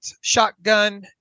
shotgun